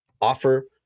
offer